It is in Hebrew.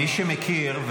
מי שמכיר,